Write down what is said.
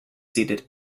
seeded